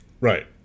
Right